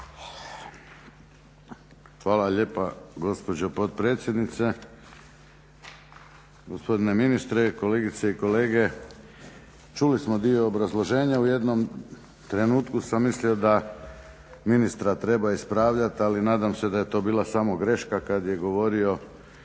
Hvala lijepa gospođo potpredsjednice, gospodine ministre, kolegice i kolege. Čuli smo dio obrazloženja, u jednom trenutku sam mislio da ministra treba ispravljati ali nadam se da je to bila samo greška kad je govorio